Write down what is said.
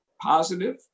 positive